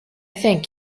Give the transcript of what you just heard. thank